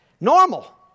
Normal